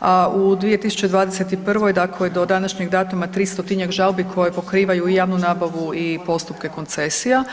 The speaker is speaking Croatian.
a u 2021.dakle do današnjeg datuma 300-njak žalbi koje pokrivaju i javnu nabavu i postupke koncesija.